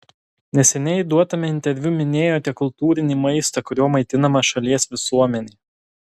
neseniai duotame interviu minėjote kultūrinį maistą kuriuo maitinama šalies visuomenė